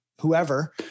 whoever